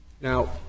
Now